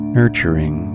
nurturing